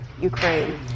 Ukraine